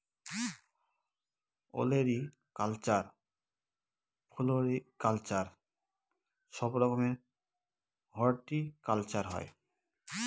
olericulture, floriculture সব রকমের horticulture হয়